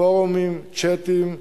פורומים, צ'טים ועוד.